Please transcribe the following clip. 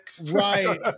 right